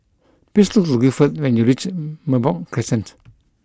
please look for Guilford when you reach Merbok Crescent